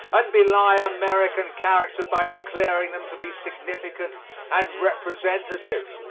and belie american character by declaring them to be significant and representative.